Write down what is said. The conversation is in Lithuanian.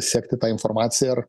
sekti tą informaciją ir